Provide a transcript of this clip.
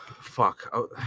Fuck